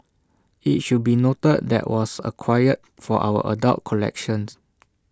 IT should be noted that was acquired for our adult collections